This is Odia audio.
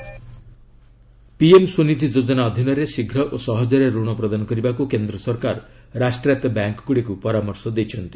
ସ୍ୱନିଧି ବ୍ୟାଙ୍କ୍ସ ପିଏମ୍ ସ୍ୱନିଧି ଯୋଜନା ଅଧୀନରେ ଶୀଘ୍ର ଓ ସହଜରେ ଋଣ ପ୍ରଦାନ କରିବାକୁ କେନ୍ଦ୍ର ସରକାର ରାଷ୍ଟ୍ରାୟତ୍ତ ବ୍ୟାଙ୍କଗୁଡ଼ିକୁ ପରାମର୍ଶ ଦେଇଛନ୍ତି